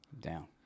Down